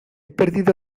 perdido